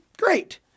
great